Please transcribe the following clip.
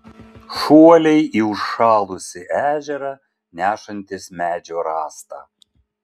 šuoliai į užšalusį ežerą nešantis medžio rąstą